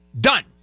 Done